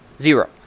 Zero